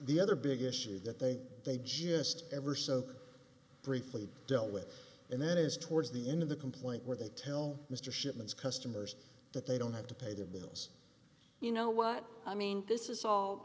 the other big issue that they they just ever so briefly dealt with and then is towards the end of the complaint where they tell mr shipments customers that they don't have to pay their bills you know what i mean this is